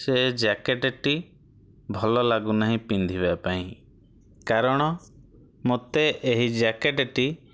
ସେ ଜ୍ୟାକେଟେଟି ଭଲ ଲାଗୁନାହିଁ ପିନ୍ଧିବାପାଇଁ କାରଣ ମୋତେ ଏହି ଜ୍ୟାକେଟେଟି